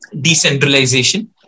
decentralization